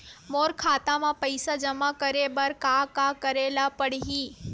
मोर खाता म पईसा जमा करे बर का का करे ल पड़हि?